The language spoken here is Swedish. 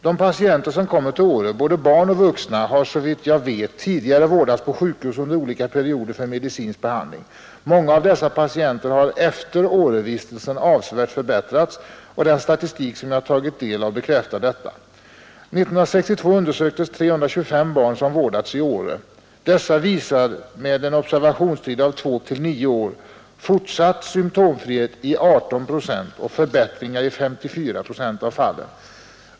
De patienter som kommer till Åre, både barn och vuxna, har såvitt jag vet tidigare vårdats på sjukhus under olika perioder för medicinsk behandling. Många av dessa patienter har efter Årevistelsen avsevärt förbättrats, och den statistik som jag tagit del av bekräftar detta. 1962 undersöktes 325 barn som vårdats i Åre. Dessa visar med en observationstid av 2 till 9 år fortsatt symptomfrihet i 18 procent och förbättringar i 54 procent av fallen.